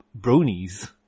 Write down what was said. bronies